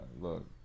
look